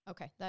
Okay